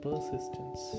Persistence